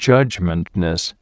Judgmentness